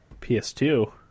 PS2